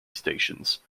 stations